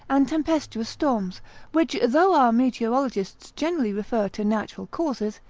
and tempestuous storms which though our meteorologists generally refer to natural causes,